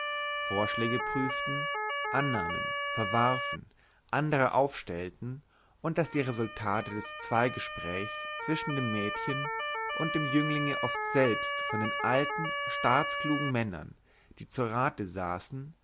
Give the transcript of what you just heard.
vorschläge prüften annahmen verwarfen andere aufstellten und daß die resultate des zweigesprächs zwischen dem mädchen und dem jünglinge oft selbst von den alten staatsklugen männern die zu rate saßen